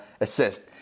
assist